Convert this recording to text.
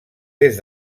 des